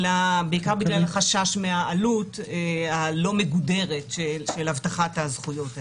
אלא בעיקר בגלל החשש מהעלות הלא מגודרת של הבטחת הזכויות האלה.